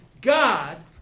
God